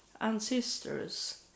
ancestors